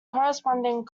corresponding